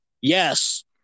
Yes